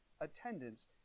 attendance